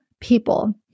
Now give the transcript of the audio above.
people